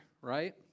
right